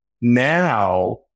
Now